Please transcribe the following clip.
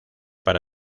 para